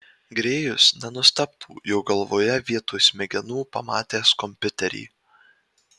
grėjus nenustebtų jo galvoje vietoj smegenų pamatęs kompiuterį